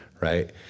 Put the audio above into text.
right